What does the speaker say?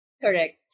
Correct